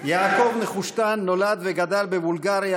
יעקב נחושתן נולד וגדל בבולגריה,